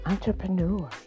entrepreneur